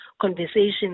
conversations